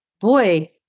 boy